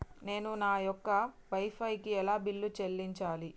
నేను నా యొక్క వై ఫై కి ఎలా బిల్లు చెల్లించాలి?